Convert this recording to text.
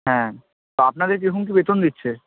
হ্যাঁ তা আপনাদের কীরকম কী বেতন দিচ্ছে